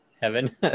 heaven